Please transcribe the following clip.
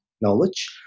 knowledge